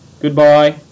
Goodbye